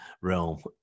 realm